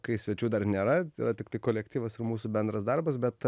kai svečių dar nėra yra tiktai kolektyvas ir mūsų bendras darbas bet